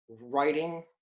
writing